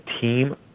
team